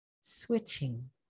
switching